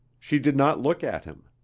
she did not look at him.